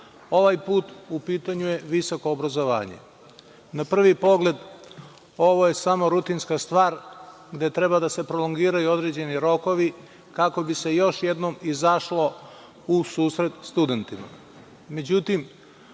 Ovaj put u pitanju je visoko obrazovanje. Na prvi pogled, ovo je samo rutinska stvar gde treba da se prolongiraju određeni rokovi kako bi se još jednom izašlo u susret studentima.